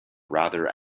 rather